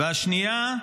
והשנייה,